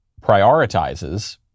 prioritizes